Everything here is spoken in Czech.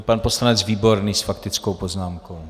Pan poslanec Výborný s faktickou poznámkou.